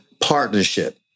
partnership